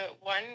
one